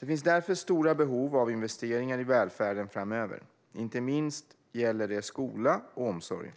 Det finns därför stora behov av investeringar i välfärden framöver. Inte minst gäller det skola och omsorg.